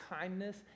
kindness